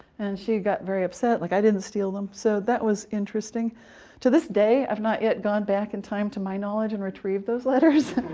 and she got very upset, saying, like i didn't steal them. so that was interesting to this day i've not yet gone back in time to my knowledge and retrieved those letters,